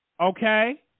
okay